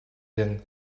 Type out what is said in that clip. then